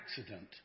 accident